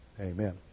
Amen